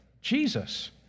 Jesus